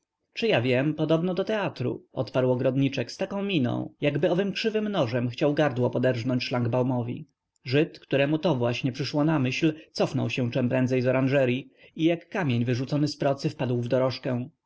czy ja wiem podobno do teatru odparł ogrodniczek z taką miną jakby owym krzywym nożem chciał gardło poderżnąć szlangbaumowi żyd któremu to właśnie przyszło na myśłmyśl cofnął się czemprędzej z oranżeryi i jak kamień wyrzucony z procy wpadł w dorożkę